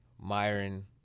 Myron